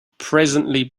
presently